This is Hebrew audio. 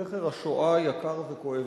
זכר השואה יקר וכואב